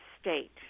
state